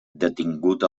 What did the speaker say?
detingut